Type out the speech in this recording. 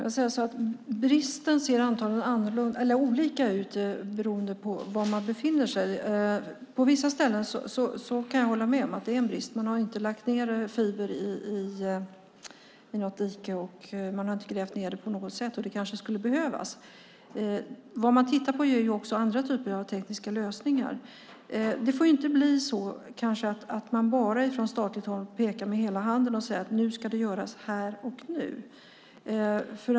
Herr talman! Bristen ser antagligen olika ut beroende på var man befinner sig. På vissa ställen är det en brist, det kan jag hålla med om. Man har inte lagt ned fiber i marken och inte grävt ned på något sätt, och det kanske skulle behövas. Man tittar även på andra typer av tekniska lösningar. Det får inte bli så att man från statligt håll pekar med hela handen och säger: Nu ska det göras här och nu.